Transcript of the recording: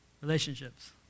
Relationships